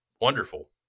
wonderful